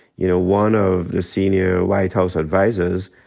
you know, one of the senior white house advisors,